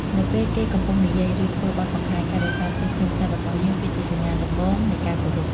នៅពេលគេកំពុងនិយាយ ឬធ្វើបទបង្ហាញ ការរក្សាភាពស្ងៀមស្ងាត់របស់យើង គឺជាសញ្ញាដំបូងនៃការគោរព។